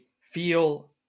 feel